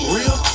Real